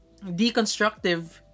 deconstructive